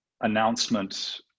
announcement